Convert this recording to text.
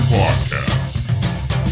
Podcast